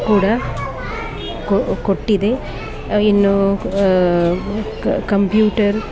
ಕೂಡ ಕೊಟ್ಟಿದೆ ಇನ್ನು ಕಂಪ್ಯೂಟರ್